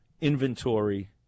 inventory